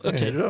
Okay